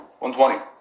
120